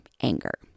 anger